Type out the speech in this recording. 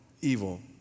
evil